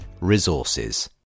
resources